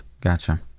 gotcha